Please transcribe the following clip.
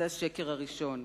זה השקר הראשון.